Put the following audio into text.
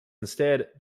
instead